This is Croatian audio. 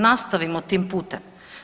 Nastavimo tim putem.